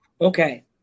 Okay